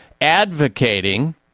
advocating